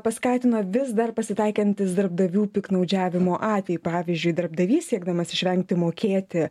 paskatino vis dar pasitaikantis darbdavių piktnaudžiavimo atvejai pavyzdžiui darbdavys siekdamas išvengti mokėti